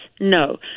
No